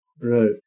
right